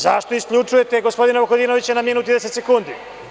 Zašto isključujete gospodina Vukadinovića na minut i 30 sekundi?